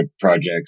projects